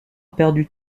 perdu